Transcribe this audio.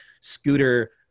scooter